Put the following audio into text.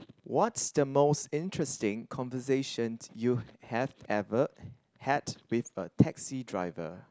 what's the most interesting conversation you have ever had with a taxi driver